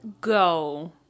go